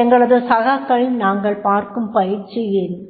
எங்களது சகாக்கள் நாங்கள் பார்க்கும் பயிற்சி